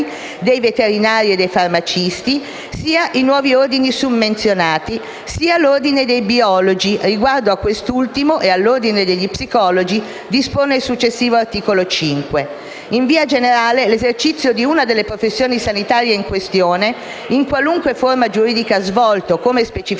dei veterinari e dei farmacisti, sia i nuovi ordini summenzionati, sia l'ordine dei biologi (riguardo a quest'ultimo ed all'ordine degli psicologi dispone il successivo articolo 5). In via generale, l'esercizio di una delle professioni sanitarie in questione - in qualunque forma giuridica svolto, come specificato